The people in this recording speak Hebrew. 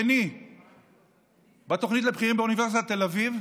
שני בתוכנית לבכירים באוניברסיטת תל אביב,